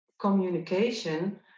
communication